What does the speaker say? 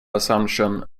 assumption